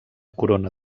corona